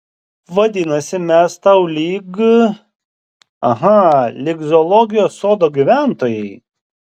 vadinasi mes tau lyg aha lyg zoologijos sodo gyventojai